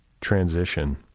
transition